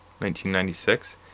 1996